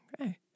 Okay